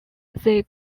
they